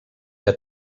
que